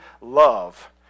love